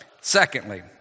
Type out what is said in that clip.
secondly